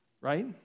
right